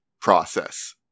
process